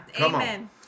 amen